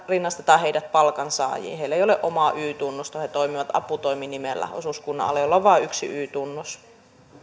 rinnastetaan palkansaajiin heillä ei ole omaa y tunnusta he toimivat aputoiminimellä osuuskunnan alla jolla on vain yksi y tunnus